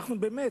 אנחנו באמת,